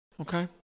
Okay